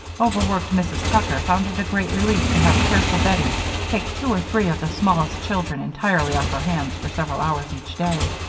overworked mrs. tucker found it a great relief to have careful bettie take two or three of the smallest children entirely off her hands for several hours each day.